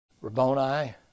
Rabboni